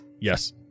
Yes